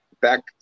back